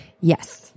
Yes